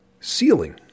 ceiling